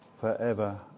forever